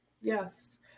Yes